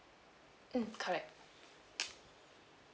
mm correct